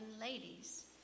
ladies